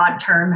term